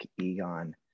Egon